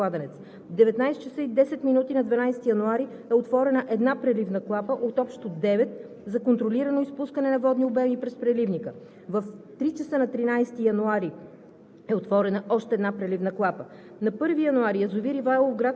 който достигна стойности, надвишаващи осем пъти максималния дебит на ВЕЦ „Студен кладенец“. В 19,10 ч. на 12 януари е отворена една преливна клапа от общо девет за контролирано изпускане на водни обеми през преливника. В 3,00 ч. на 13 януари